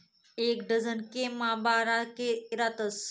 एक डझन के मा बारा के रातस